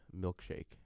milkshake